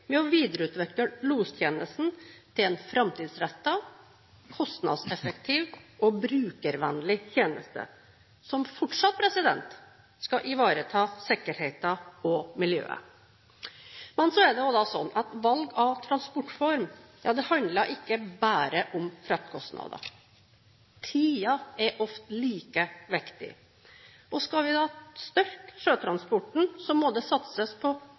med å videreutvikle lostjenesten til en framtidsrettet, kostnadseffektiv og brukervennlig tjeneste som fortsatt skal ivareta sikkerheten og miljøet. Det er også sånn at valg av transportform handler ikke bare om fraktkostnader. Tid er ofte like viktig. Skal vi styrke sjøtransporten, må det satses på